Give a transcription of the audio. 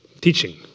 teaching